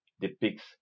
depicts